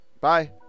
bye